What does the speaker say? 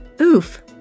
oof